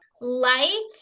light